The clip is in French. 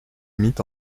mit